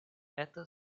eta